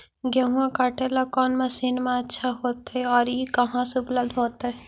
गेहुआ काटेला कौन मशीनमा अच्छा होतई और ई कहा से उपल्ब्ध होतई?